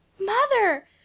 mother